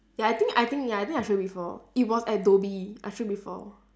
ya I think I think ya I think I show you before it was at dhoby I show you before